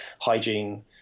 hygiene